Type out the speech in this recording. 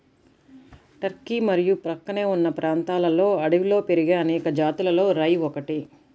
Turkey మరియు ప్రక్కనే ఉన్న ప్రాంతాలలో అడవిలో పెరిగే అనేక జాతులలో రై ఒకటి